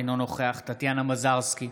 אינו נוכח טטיאנה מזרסקי,